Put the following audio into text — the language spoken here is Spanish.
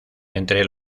entre